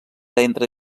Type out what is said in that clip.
entre